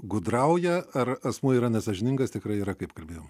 gudrauja ar asmuo yra nesąžiningas tikrai yra kaip kalbėjau